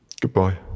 Goodbye